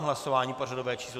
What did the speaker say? Hlasování pořadové číslo 396.